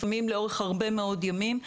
לפעמים לאורך הרבה מאוד ימים,